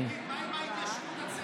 אלקין, מה עם ההתיישבות הצעירה?